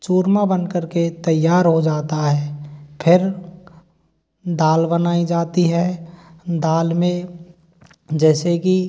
चूरमा बनकर के तैयार हो जाता है फिर दाल बनाई जाती है दाल में जैसे कि